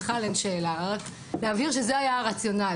בכלל אין שאלה אבל להבין שזה היה הרציונל.